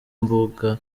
imbuga